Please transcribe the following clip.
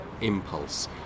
impulse